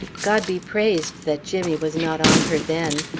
god be praised that jimmy was not on her then!